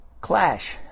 clash